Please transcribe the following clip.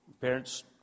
parents